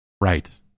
Right